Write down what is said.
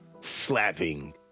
slapping